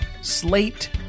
slate